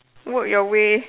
work your way